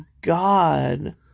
God